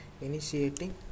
initiating